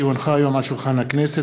כי הונחה היום על שולחן הכנסת,